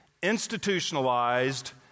institutionalized